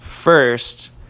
first